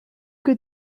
que